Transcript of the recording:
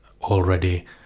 already